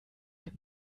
den